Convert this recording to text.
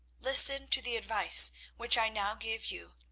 listen to the advice which i now give you,